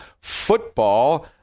football